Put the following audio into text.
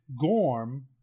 Gorm